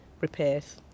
repairs